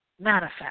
manifest